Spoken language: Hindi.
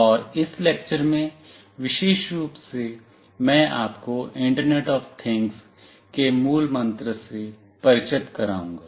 और इस लेक्चर में विशेष रूप से मैं आपको इंटरनेट ऑफ थिंग्स के मूलमंत्र से परिचित कराऊंगा